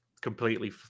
completely